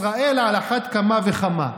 ישראל על אחת כמה וכמה,